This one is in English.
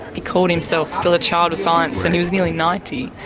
he called himself still a child of science and he was nearly ninety,